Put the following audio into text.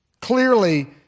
clearly